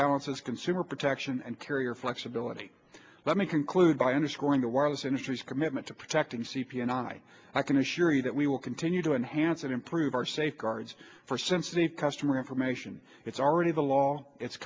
balances consumer protection and carrier flexibility let me conclude by underscoring the wireless industry's commitment to protecting c p and i i can assure you that we will continue to enhance and improve our safeguards for since the customer information it's already the law it's